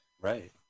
Right